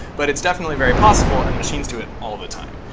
but it's definitely very possible, and machines do it all the time.